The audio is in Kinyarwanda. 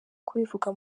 kubivuga